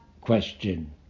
question